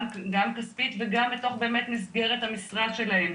גם כספית וגם בתוך באמת מסגרת המשרה שלהם.